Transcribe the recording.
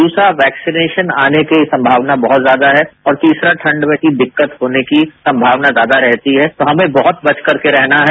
दूसरा वैक्सीनेशन आने की संभावना बहुत ज्यादा है और तीसरा ठंड में दिक्कत होने की संभावना ज्यादा रहती है तो हमें बहुत बच करके रहना है